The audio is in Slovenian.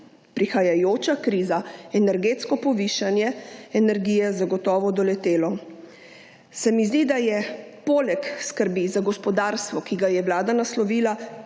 prihajajoča kriza energetsko povišanje energije zagotovo doletelo. Se mi zdi, da je poleg skrbi za gospodarstvo, ki ga je Vlada naslovila